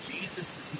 Jesus